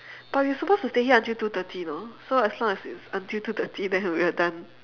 but we are supposed to stay here until two thirty you know so as long as it's until two thirty then we are done